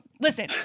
listen